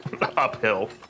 uphill